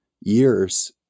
years